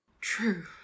True